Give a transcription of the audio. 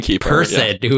person